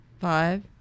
five